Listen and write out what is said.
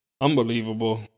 unbelievable